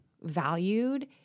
valued